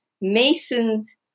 masons